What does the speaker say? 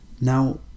Now